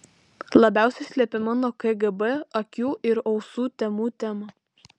labiausiai slepiama nuo kgb akių ir ausų temų tema